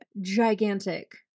gigantic